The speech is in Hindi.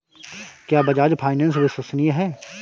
क्या बजाज फाइनेंस विश्वसनीय है?